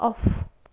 off